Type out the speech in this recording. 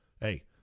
hey